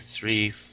three